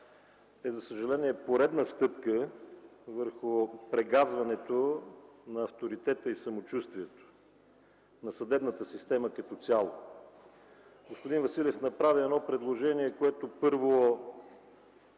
е, за съжаление, поредна стъпка към прегазването на авторитета и самочувствието на съдебната система като цяло. Господин Василев направи едно предложение, което – първо